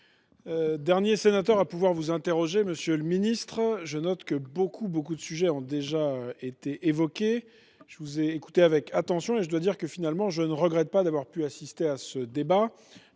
Dernier sénateur à pouvoir vous interroger ce soir, monsieur le ministre, je note que beaucoup de sujets ont déjà été évoqués. Je vous ai écouté avec attention et j’avoue que, en fin de compte, je ne regrette pas d’avoir assisté à ce débat.